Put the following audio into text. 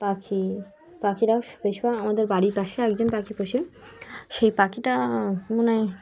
পাখি পাখিরাও বেশিরভাগ আমাদের বাড়ির পাশে একজন পাখি পোষে সেই পাখিটা মানে